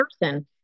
person